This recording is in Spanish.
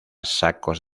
sacos